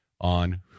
on